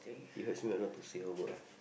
it hurts me a lot to see her work ah